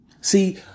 See